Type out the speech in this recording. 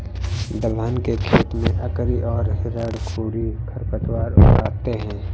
दलहन के खेत में अकरी और हिरणखूरी खरपतवार उग आते हैं